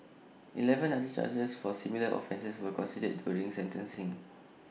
Eleven other charges for similar offences were considered during sentencing